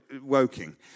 Woking